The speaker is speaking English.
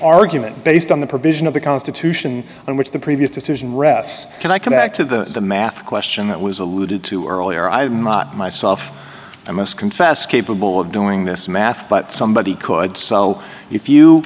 argument based on the provision of the constitution on which the previous decision rests can i come back to the math question that was alluded to earlier i'm not myself i must confess capable of doing this math but somebody could so if you